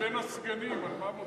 בין הסגנים על מה מוציאים,